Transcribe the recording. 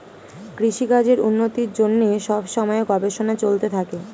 কৃষিকাজের উন্নতির জন্যে সব সময়ে গবেষণা চলতে থাকে